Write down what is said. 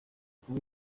kuba